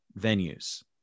venues